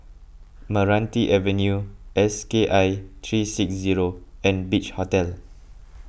Meranti Avenue S K I three six zero and Beach Hotel